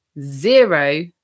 zero